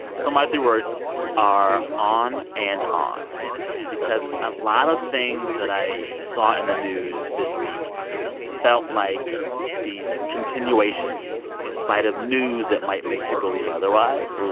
so my three words are on and on because a lot of things that i saw in the news this week felt like these continuations, in spite of news that might make you believe otherwise,